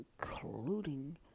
including